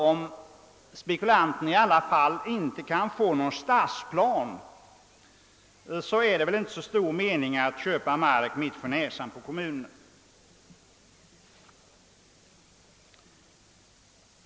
Om spekulanterna inte kan få någon stadsplan, är det ju inte stor mening med att köpa mark mitt för näsan på kommunen.